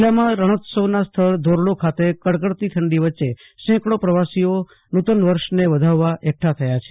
જીલ્લામાં રણોત્સવના સ્થળ ધોરણો ખાતે કડકડતી ઠંડી વચે સેકડો પ્રવાસીઓ નુતન વર્ષને વધાવવા એકઠા થયા છે